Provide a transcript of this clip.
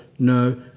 No